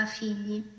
figli